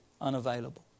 unavailable